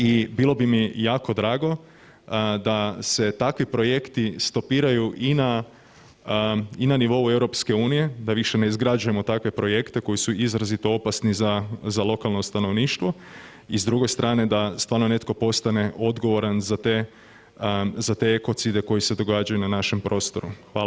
I bilo bi mi jako drago da se takvi projekti stopiraju i na, i na nivou EU da više ne izgrađujemo takve projekte koji su izrazito opasni za lokalno stanovništvo i s druge strane da stvarno netko postane odgovaran za te, za te ekocide koji se događaju na našem prostoru.